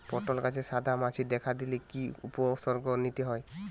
পটল গাছে সাদা মাছি দেখা দিলে কি কি উপসর্গ নিতে হয়?